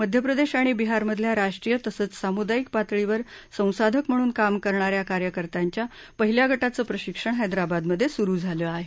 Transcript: मध्यप्रदेश आणि बिहार मधल्या राष्ट्रीय तसंच सामुदायिक पातळीवर संसाधक म्हणून काम करणा या कार्यकर्त्यांच्या पहिल्या गटाचं प्रशिक्षण हैद्राबाद मध्ये सुरू झालं आहे